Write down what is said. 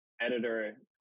editor